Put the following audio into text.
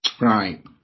right